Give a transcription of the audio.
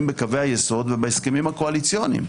בקווי היסוד ובהסכמים הקואליציוניים.